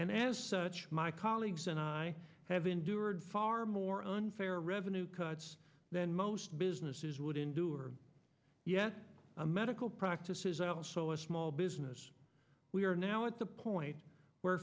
and as such my colleagues and i have endured far more unfair revenue cuts than most businesses would endure yet a medical practice is also a small business we are now at the point where